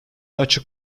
açık